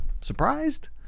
surprised